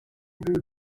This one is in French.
bout